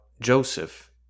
Joseph